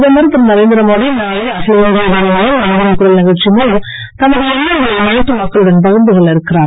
பிரதமர் திரு நரேந்திரமோடி நாளை அகில இந்திய வானொலியின் மனதின் குரல் நிகழ்ச்சி மூலம் தமது எண்ணங்களை நாட்டு மக்களுடன் பகிர்ந்து கொள்ள இருக்கிறார்